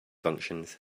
functions